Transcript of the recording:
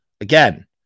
again